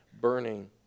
burning